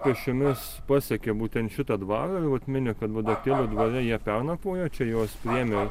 pėsčiomis pasiekė būtent šitą dvarą ir vat mini kad vadaktėlių dvare jie pernakvojo čia juos priėmė